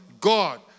God